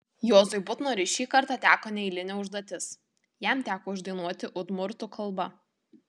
juozui butnoriui šį kartą teko neeilinė užduotis jam teko uždainuoti udmurtų kalba